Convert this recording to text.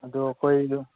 ꯑꯗꯣ ꯑꯩꯈꯣꯏꯗꯣ